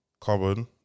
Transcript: carbon